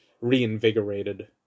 reinvigorated